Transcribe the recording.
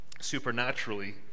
supernaturally